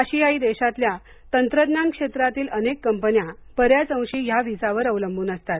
आशियाई देशातल्या तंत्रज्ञान क्षेत्रातील अनेक कंपन्या बऱ्याच अंशी या व्हिसावर अवलंबून असतात